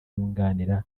yunganira